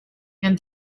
and